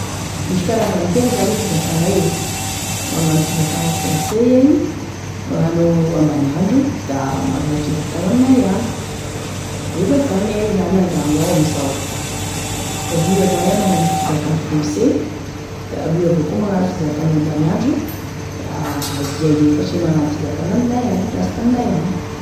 Misy karazany telo zany e fizakanay e, magnano fizakagne français iay, magnano ambaniandro da magnano fizakagne aminay agny efatry zany iay zao andragno ao, roy avao iay magnano fizakagne français da roy avao koa magnano fizakagne ambaniandro da iay efatry e magnano fizakagne ame aminay agny lasta aminay agny.